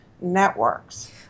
networks